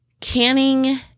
Canning